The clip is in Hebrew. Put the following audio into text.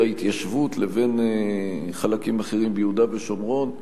ההתיישבות לבין חלקים אחרים ביהודה ושומרון,